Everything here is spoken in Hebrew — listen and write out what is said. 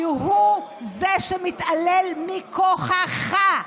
כי הוא זה שמתעלל מכוחך,